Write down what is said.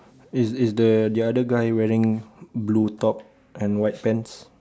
is is the another guy wearing blue top and white pants